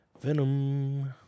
venom